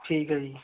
ਠੀਕ ਹੈ ਜੀ